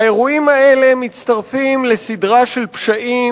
האירועים האלה מצטרפים לסדרה של פשעים,